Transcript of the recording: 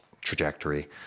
trajectory